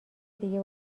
دیگه